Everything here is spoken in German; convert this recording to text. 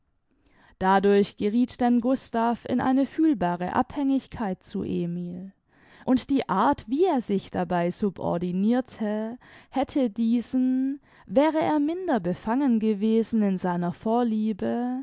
dadurch gerieth denn gustav in eine fühlbare abhängigkeit zu emil und die art wie er sich dabei subordinirte hätte diesen wäre er minder befangen gewesen in seiner vorliebe